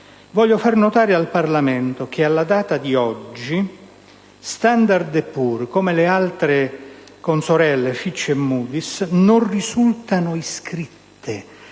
Faccio notare al Parlamento che alla data di oggi Standard & Poor's, come le altre consorelle Fitch e Moody's, non risultano iscritte,